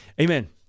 Amen